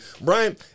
brian